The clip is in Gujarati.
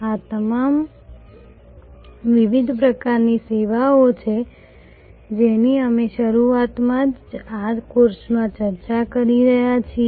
આ તમામ વિવિધ પ્રકારની સેવાઓ છે જેની અમે શરૂઆતથી જ આ કોર્સમાં ચર્ચા કરી રહ્યા છીએ